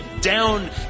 down